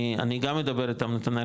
אני גם אדבר איתם נתנאל,